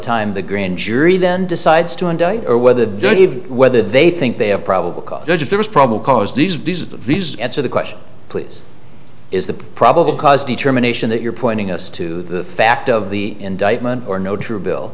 the grand jury then decides to indict or whether the whether they think they have probable cause if there is probable cause these visas these and so the question please is the probable cause determination that you're pointing us to the fact of the indictment or no true bill